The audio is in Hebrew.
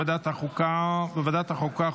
בוועדת החוקה,